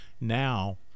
now